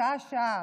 שעה-שעה,